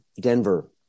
Denver